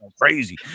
crazy